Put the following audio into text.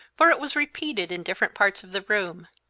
for it was repeated in different parts of the room.